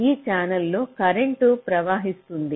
ఈ ఛానెల్లో కరెంట్ ప్రవహిస్తుంది